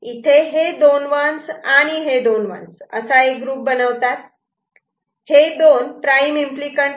इथे हे दोन 1's आणि हे दोन 1's असा एक ग्रुप बनवतात हे दोन प्राईम एम्पली कँट आहेत